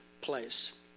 place